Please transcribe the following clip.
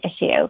issue